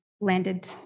landed